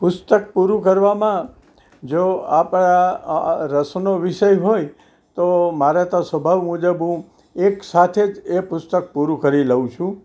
પુસ્તક પૂરું કરવામાં જો આપણા રસનો વિષય હોય તો મારે તો સ્વભાવ મુજબ હું એક સાથે જ એ પુસ્તક પૂરું કરી લઉં છું